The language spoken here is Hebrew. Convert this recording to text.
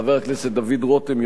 חבר הכנסת דוד רותם,